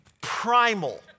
primal